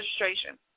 registration